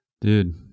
dude